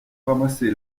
ramassé